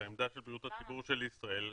עמדת בריאות הציבור של ישראל,